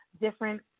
different